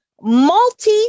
multi